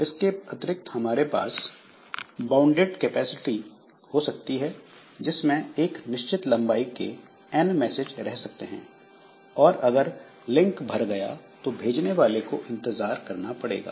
इसके अतिरिक्त हमारे पास बाउंडेड कैपेसिटी हो सकती है जिसमें एक निश्चित लंबाई के n मैसेज रह सकते हैं और अगर लिंक भर गया तो भेजने वाले को इंतजार करना पड़ेगा